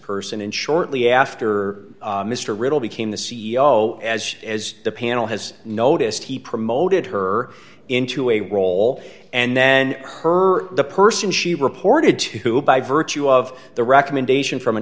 person and shortly after mr riddell became the c e o as as the panel has noticed he promoted her into a role and then her the person she reported to by virtue of the recommendation from an